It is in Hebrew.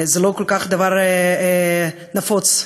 זה לא דבר כל כך נפוץ,